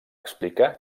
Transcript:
explicar